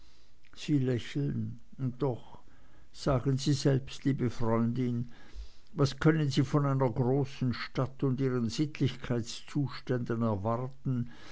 sie lächeln und doch sagen sie selbst liebe freundin was können sie von einer großen stadt und ihren sittlichkeitszuständen erwarten